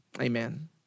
Amen